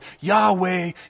Yahweh